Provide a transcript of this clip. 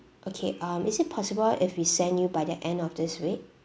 okay um is it possible if we send you by the end of this week